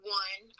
one